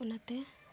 ᱚᱱᱟᱛᱮ